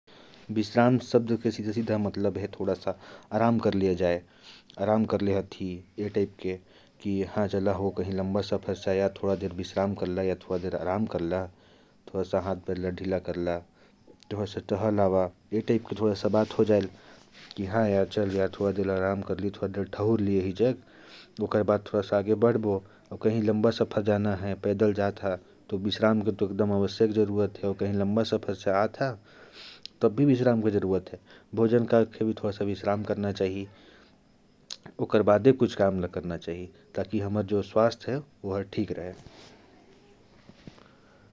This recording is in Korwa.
"विश्राम" शब्द का सीधा मतलब है, आराम करना। जैसे कहीं से लंबा सफर करके आए के बाद विश्राम करना बहुत जरूरी होता है। हम अक्सर बोलते हैं,"यार, बहुत दूर जाना है, अभी तो विश्राम करना पड़ेगा।"